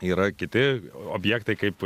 yra kiti objektai kaip